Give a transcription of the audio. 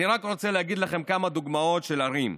אני רק רוצה לתת לכם כמה דוגמאות של ערים: